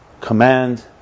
command